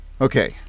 Okay